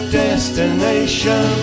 destination